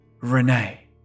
Renee